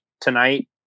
tonight